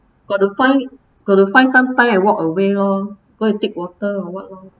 got to find got to find some time and walk away lor go and take water or what lor